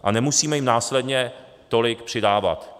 A nemusíme jim následně tolik přidávat.